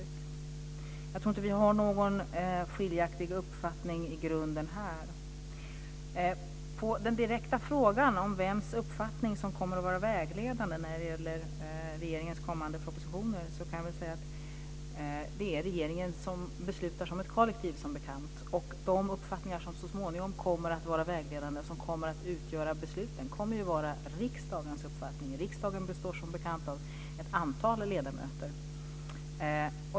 Jag tror inte att vi har någon skiljaktig uppfattning i grunden här. På den direkta frågan om vems uppfattning som kommer att vara vägledande när det gäller regeringens kommande propositioner kan jag säga att det är regeringen som beslutar som ett kollektiv, som bekant, och de uppfattningar som så småningom kommer att vara vägledande och som kommer att utgöra besluten kommer ju att vara riksdagens uppfattning. Riksdagen består, som bekant, av ett antal ledamöter.